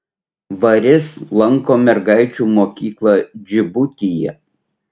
varis lanko mergaičių mokyklą džibutyje